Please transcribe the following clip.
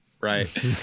Right